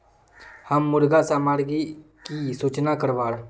हम मुर्गा सामग्री की सूचना करवार?